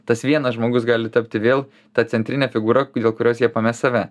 tas vienas žmogus gali tapti vėl ta centrine figūra dėl kurios jie pames save